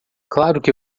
que